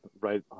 right